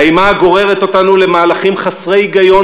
האימה הגוררת אותנו למהלכים חסרי היגיון